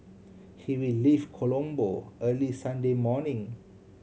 he will leave Colombo early Sunday morning